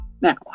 Now